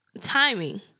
Timing